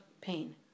pain